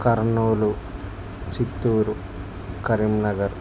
Kurnool Chittoor Karimnagar